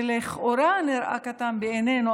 שלכאורה נראה קטן בעינינו,